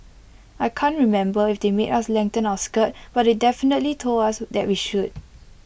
I can't remember if they made us lengthen our skirt but they definitely told us that we should